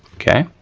okay.